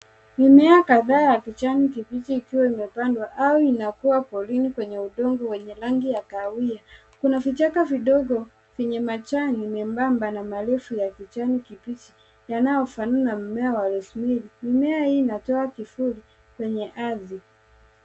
Mimea kadhaa ya kijani kibichi ikiwa imepandwa au inakua porini kwenye udongo wenye rangi ya kahawia. Kuna vichaka vidogo vyenye majani membamba na marefu ya kijani kibichi yanaofanana na mmea wa, roseberry. Mimea hii inatoa kivuli kwenye ardhi.